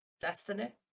Destiny